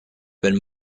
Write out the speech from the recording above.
been